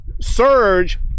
surge